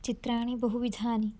चित्राणि बहु विधानि